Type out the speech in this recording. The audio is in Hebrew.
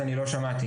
המשפטים.